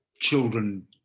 children